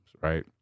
right